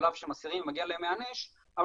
על אף שהם אסירים ומגיע להם להיענש, אבל